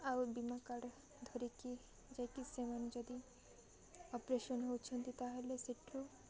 ଆଉ ବୀମା କାର୍ଡ଼ ଧରିକି ଯାଇକି ସେମାନେ ଯଦି ଅପରେସନ ହଉଛନ୍ତି ତାହେଲେ ସେଠୁ